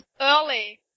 early